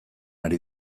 ari